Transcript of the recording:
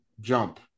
jump